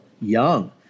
young